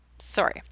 sorry